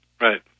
right